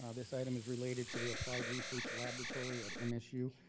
um this item is related to the applied research laboratory at msu.